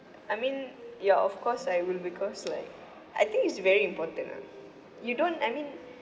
I mean ya of course I will because like I think it's very important lah you don't I mean